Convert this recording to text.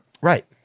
Right